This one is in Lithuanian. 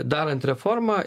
darant reformą